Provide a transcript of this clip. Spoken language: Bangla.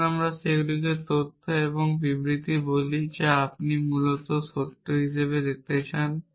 আসুন আমরা সেগুলিকে তথ্য এবং বিবৃতি বলি যা আপনি মূলত সত্য হিসাবে দেখাতে চান